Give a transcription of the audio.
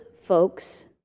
folks